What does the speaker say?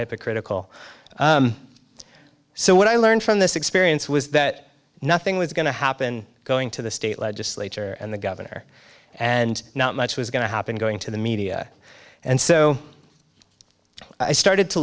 hypocritical so what i learned from this experience was that nothing was going to happen going to the state legislature and the governor and not much was going to happen going to the media and so i started to